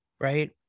right